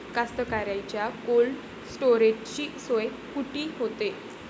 कास्तकाराइच्या कोल्ड स्टोरेजची सोय कुटी होते?